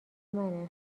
منه